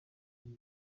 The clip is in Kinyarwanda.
iki